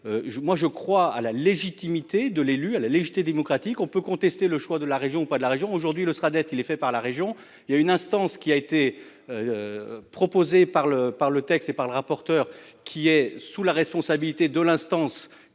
moi je crois à la légitimité de l'élu à la légèreté démocratique, on peut contester le choix de la région ou pas de la région aujourd'hui le sera être il est fait par la région, il y a une instance qui a été. Proposé par le par le texte et par le rapporteur qui est sous la responsabilité de l'instance